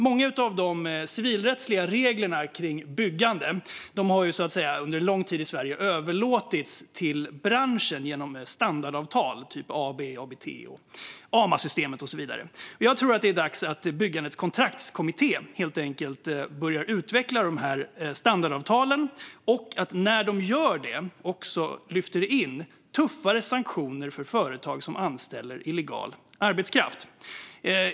Många av de civilrättsliga reglerna kring byggande har i Sverige under lång tid så att säga överlåtits till branschen genom standardavtal, typ AB och ABT, AMA-systemet och så vidare. Jag tror att det är dags att Byggandets Kontraktskommitté helt enkelt börjar utveckla de här standardavtalen och, när de gör det, lyfta in tuffare sanktioner för företag som anställer illegal arbetskraft.